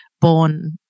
born